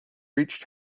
reach